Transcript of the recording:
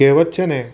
કહેવત છે ને